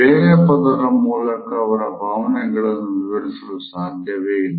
ಬೇರೆ ಪದದ ಮೂಲಕ ಅವರ ಭಾವನೆಗಳನ್ನು ವಿವರಿಸಲು ಸಾಧ್ಯವೇ ಇಲ್ಲ